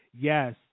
yes